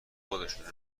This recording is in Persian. خودشونه